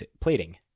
Plating